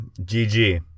GG